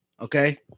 Okay